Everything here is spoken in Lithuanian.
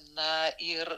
na ir